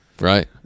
Right